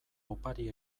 opari